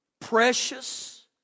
precious